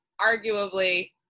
arguably